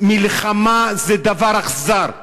מלחמה זה דבר אכזר,